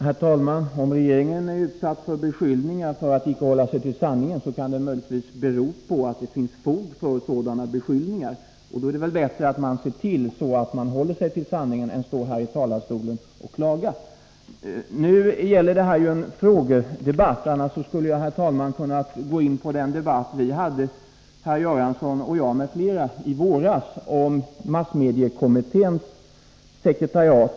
Herr talman! Om regeringen är utsatt för beskyllningar för att icke hålla sig till sanningen, kan det möjligtvis bero på att det finns fog för sådana beskyllningar. Då är det väl bättre att se till att man håller sig till sanningen än att stå här i talarstolen och klaga. Nu är ju det här en frågedebatt; annars skulle jag ha kunnat gå in på den debatt herr Göransson och jag och flera andra hade i våras om massmediekommitténs sekretariat.